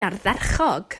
ardderchog